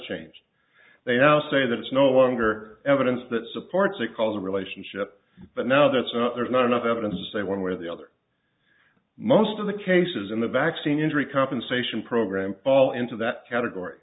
changed they now say that it's no longer evidence that supports a causal relationship but now that there's not enough evidence to say one way or the other most of the cases in the vaccine injury compensation program fall into that category